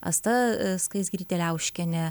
asta skaisgirytė liauškienė